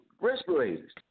respirators